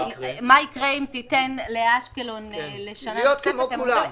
מה יקרה אם תיתן לאשקלון -- כן, להיות כמו כולם.